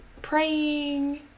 praying